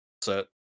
set